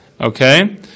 okay